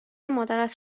مادرت